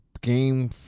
game